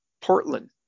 Portland